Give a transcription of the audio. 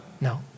No